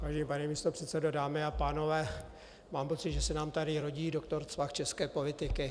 Vážený pane místopředsedo, dámy a pánové, mám pocit, že se nám tady rodí doktor Cvach české politiky.